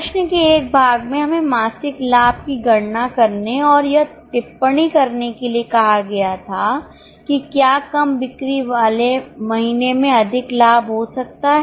प्रश्न के एक भाग में हमें मासिक लाभ की गणना करने और यह टिप्पणी करने के लिए कहा गया था कि क्या कम बिक्री वाले महीने में अधिक लाभ हो सकता है